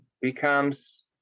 becomes